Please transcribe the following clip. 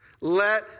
Let